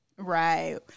Right